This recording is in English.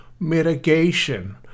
mitigation